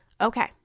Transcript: Okay